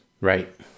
Right